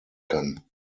kann